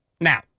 Now